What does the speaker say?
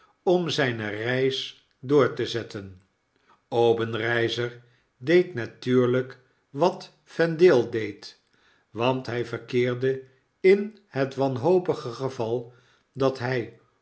om zyne reis door te zetten obenreizer deed natuurlijk wat vendale deed want hij verkeerde in het wanhopige geval dat hy